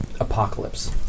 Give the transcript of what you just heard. apocalypse